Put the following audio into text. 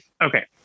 Okay